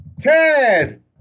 Ted